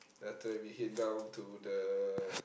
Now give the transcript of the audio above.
then after that we head down to the